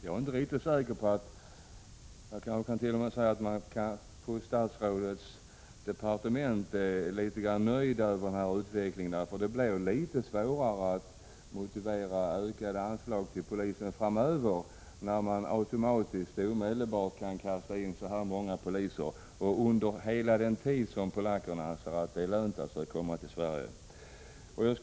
Jag är inte riktigt säker, men jag tror att man på statsrådets departement är litet grand nöjd över denna utveckling, för nu blir det svårare att motivera ökade anslag till polisen framöver när man automatiskt och omedelbart kan sätta in så många poliser så länge som polackerna anser att det är lönt att komma till Sverige. Herr talman!